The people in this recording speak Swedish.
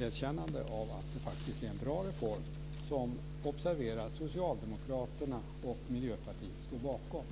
erkännande av att det faktiskt var en bra reform som, observera, Socialdemokraterna och Miljöpartiet stod bakom.